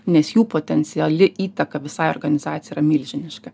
nes jų potenciali įtaka visai organizacijai yra milžiniška